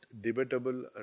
debatable